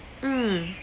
mm